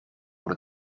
moet